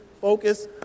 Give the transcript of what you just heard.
focus